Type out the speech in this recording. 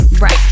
Right